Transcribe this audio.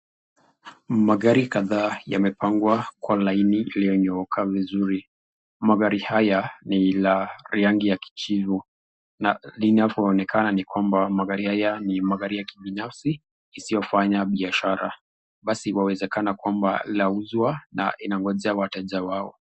Magari kadhaa yamepangwa kwa laini iliyonyooka vizuri, magari haya ni ya rangi ya kijivu, na linavoonekana ni kwamba, magari haya ni ya kibinafsi, isiyofanya biashara, basi yawezekana kwamba yauzwa na inangojeaja wao.